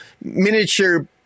miniature